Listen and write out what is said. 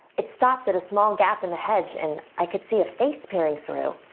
it stopped at a small gap in the hedge and i could see a face peering through.